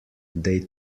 they